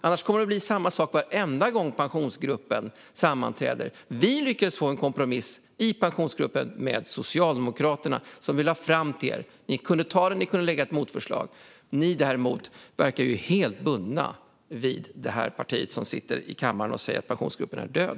Annars kommer det att bli samma sak varenda gång Pensionsgruppen sammanträder. Vi lyckades få till en kompromiss i Pensionsgruppen med Socialdemokraterna, som vi lade fram för er. Ni hade kunnat ta den eller lägga fram ett motförslag. Ni däremot verkar helt bundna vid det parti som sitter här i kammaren och som säger att Pensionsgruppen är död.